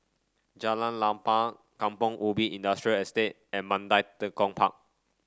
Jalan Lapang Kampong Ubi Industrial Estate and Mandai Tekong Park